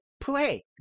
play